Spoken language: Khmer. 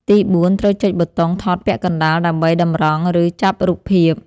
ទី4 ត្រូវចុចប៊ូតុងថតពាក់កណ្តាលដើម្បីតម្រង់ ឬចាប់រូបភាព។